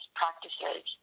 practices